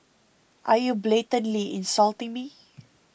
are you blatantly insulting me